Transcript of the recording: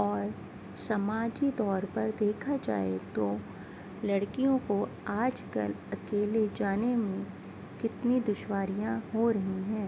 اور سماجی طور پر دیکھا جائے تو لڑکیوں کو آج کل اکیلے جانے میں کتنی دشواریاں ہو رہی ہیں